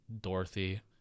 Dorothy